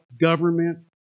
government